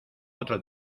otro